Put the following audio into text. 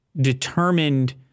determined